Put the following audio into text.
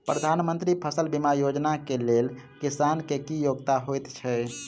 प्रधानमंत्री फसल बीमा योजना केँ लेल किसान केँ की योग्यता होइत छै?